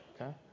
Okay